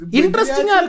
interesting